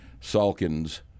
salkins